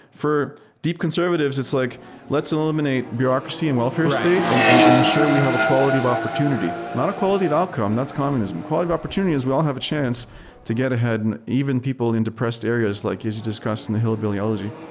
for deep conservatives it's like let's eliminate bureaucracy and welfare stage and and ensure we have a quality of opportunity. not a quality of outcome. that's communism. quality of opportunity is we all have a chance to get ahead, even people in depressed areas like as you discussed in the hillbilly elegy.